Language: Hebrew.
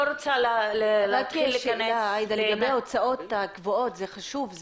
לגבי ההוצאות הקבועות זה חשוב.